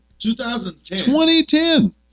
2010